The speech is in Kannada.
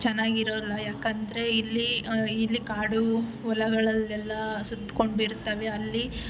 ಚೆನ್ನಾಗಿರೊಲ್ಲ ಏಕಂದ್ರೆ ಇಲ್ಲಿ ಇಲ್ಲಿ ಕಾಡು ಹೊಲಗಳಲ್ಲೆಲ್ಲ ಸುತ್ಕೊಂಡು ಇರ್ತವೆ ಅಲ್ಲಿ